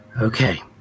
Okay